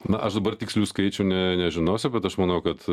na aš dabar tikslių skaičių ne nežinosiu bet aš manau kad